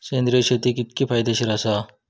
सेंद्रिय शेती कितकी फायदेशीर आसा?